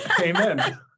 Amen